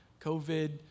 covid